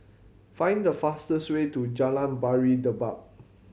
find the fastest way to Jalan Pari Dedap